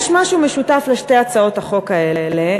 יש משהו משותף לשתי הצעות החוק האלה.